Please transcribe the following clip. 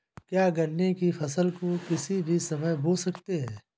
क्या गन्ने की फसल को किसी भी समय बो सकते हैं?